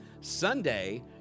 sunday